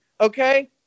Okay